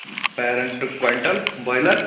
پیرَنٹہٕ quintal boiler